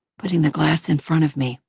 putting the glass in front of me.